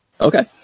Okay